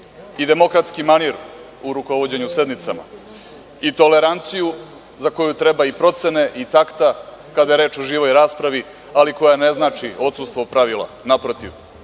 i demokratski manir u rukovođenju sednicama i toleranciju za koju treba i procene i takta kada je reč o živoj raspravi, ali koja ne znači odsustvo pravila. Naprotiv,